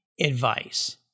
advice